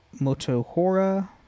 Motohora